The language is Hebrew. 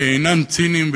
שאינם ציניים,